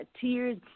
tears